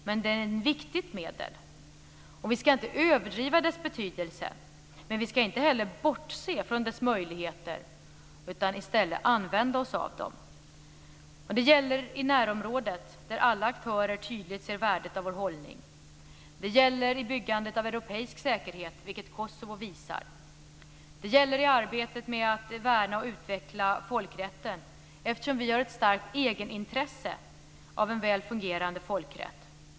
Men den är ett viktigt medel. Vi skall inte överdriva dess betydelse, men vi skall inte heller bortse från dess möjligheter. I stället skall vi använda oss av dem. Det gäller i närområdet, där alla aktörer tydligt ser värdet av vår hållning. Det gäller i byggandet av europeisk säkerhet, vilket Kosovo visar. Det gäller i arbetet med att värna och utveckla folkrätten eftersom vi har ett starkt eget intresse av en väl fungerande folkrätt.